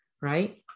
right